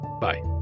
bye